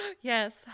yes